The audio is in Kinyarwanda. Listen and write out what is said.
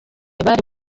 bari